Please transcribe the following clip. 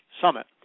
summit